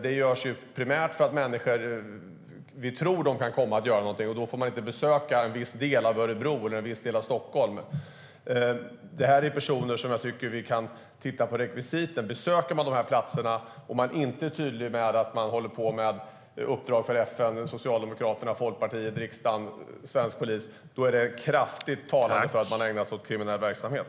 Det görs primärt för människor som vi tror kan komma att göra någonting. Då får de inte besöka till exempel en viss del av Örebro eller Stockholm. Jag tycker att vi kan titta på rekvisiten för detta. Om man besöker de här platserna och inte är tydlig med att man håller på med uppdrag för till exempel FN, Socialdemokraterna, Folkpartiet, riksdagen eller svensk polis, då talar det kraftigt för att man ägnar sig åt kriminell verksamhet.